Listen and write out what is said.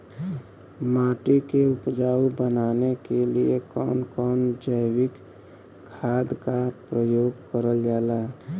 माटी के उपजाऊ बनाने के लिए कौन कौन जैविक खाद का प्रयोग करल जाला?